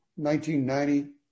1990